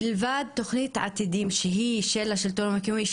מלבד תכנית עתידים שהיא של השלטון המקומי,